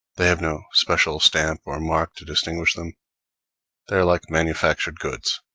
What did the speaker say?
they have no special stamp or mark to distinguish them they are like manufactured goods,